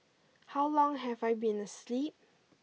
how long have I been asleep